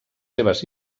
seves